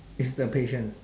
is the patient